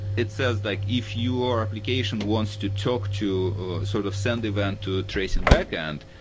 it says like if your application wants to talk to or sort of send event to a tracing backend.